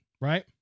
right